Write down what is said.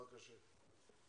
בבקשה.